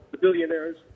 billionaires